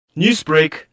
Newsbreak